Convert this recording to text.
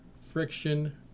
Friction